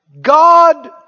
God